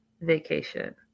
vacation